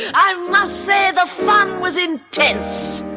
i must say the fun was intense.